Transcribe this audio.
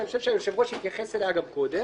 שאני חושב שהיושב-ראש התייחס אליה גם קודם,